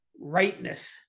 rightness